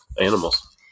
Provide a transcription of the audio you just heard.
animals